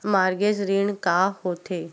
Mortgage ऋण का होथे?